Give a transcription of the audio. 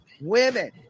Women